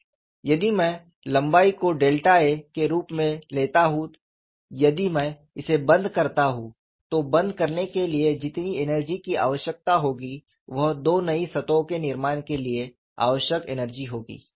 संदर्भ स्लाइड समय 3204 यदि मैं लंबाई को डेल्टा a a के रूप में लेता हूं यदि मैं इसे बंद करता हूं तो बंद करने के लिए जितनी एनर्जी की आवश्यकता होगी वह दो नई सतहों के निर्माण के लिए आवश्यक एनर्जी होगी